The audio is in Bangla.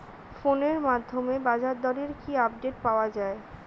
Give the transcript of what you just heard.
ফোনের মাধ্যমে বাজারদরের কি আপডেট পাওয়া যায়?